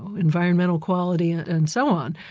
environmental quality and so on,